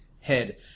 head